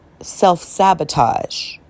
self-sabotage